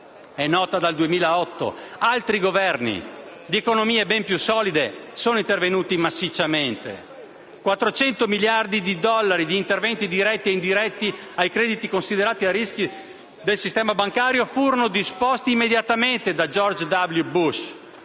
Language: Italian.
è nota dal 2008. Altri Governi, di economie ben più solide, sono intervenuti massicciamente: 400 miliardi di dollari di interventi diretti e indiretti ai crediti considerati a rischio del sistema bancario furono disposti immediatamente da George W. Bush.